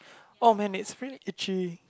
oh man it's really itchy